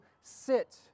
sit